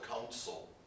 council